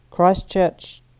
Christchurch